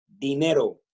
dinero